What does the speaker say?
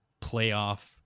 playoff